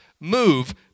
move